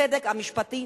הצדק המשפטי.